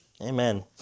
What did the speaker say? Amen